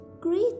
great